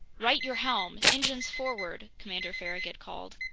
right your helm! engines forward! commander farragut called.